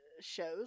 shows